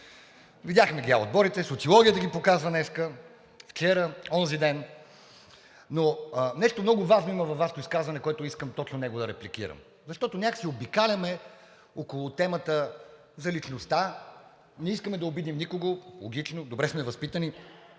Видяхме ги А отборите – социологията ги показва днес, вчера, онзиден. Но нещо много важно има във Вашето изказване, точно което искам да репликирам, защото някак обикаляме около темата за личността, не искаме да обидим никого – логично, добре сме възпитани,